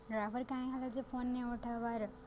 driver କାଇଁ ହେଲା ଯେ ଫୋନ୍ ନାଉଠାବାର୍